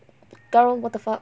what the fuck